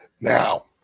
now